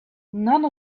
none